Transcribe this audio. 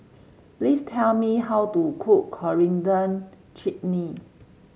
please tell me how to cook Coriander Chutney